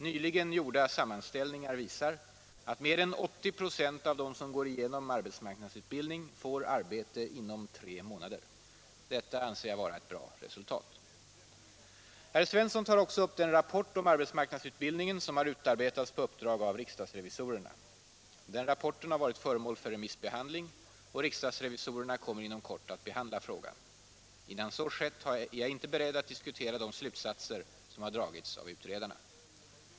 Nyligen gjorda sammanställningar visar att mer än 80 96 av dem som går igenom arbetsmarknadsutbildning får arbete inom tre månader. Detta anser jag vara ett bra resultat. Herr Svensson tar också upp den rapport om arbetsmarknadsutbildningen som har utarbetats på uppdrag av riksdagsrevisorerna. Den rapporten har varit föremål för remissbehandling, och riksdagsrevisorerna kommer inom kort att behandla frågan. Innan så skett är jag inte beredd diskutera de slutsatser som har dragits av utredarna.